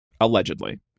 Allegedly